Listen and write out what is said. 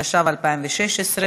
התשע"ו 2016,